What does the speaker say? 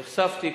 נחשפתי,